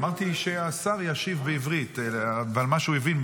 אמרתי שהשר ישיב בעברית על מה שהוא הבין.